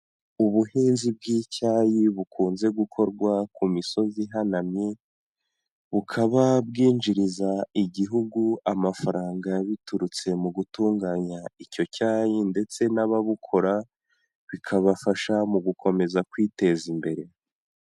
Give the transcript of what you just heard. Ubuhinzi bw'icyayi bukunze gukorwa ku misozi ihanamye, bukaba bwinjiriza igihugu amafaranga biturutse mu gutunganya icyo cyayi ndetse n'ababukora bikabafasha mu gukomeza kwiteza imbere.